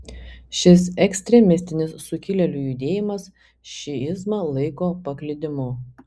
šis ekstremistinis sukilėlių judėjimas šiizmą laiko paklydimu